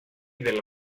del